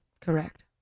Correct